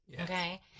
Okay